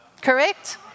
Correct